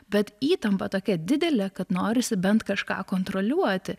bet įtampa tokia didelė kad norisi bent kažką kontroliuoti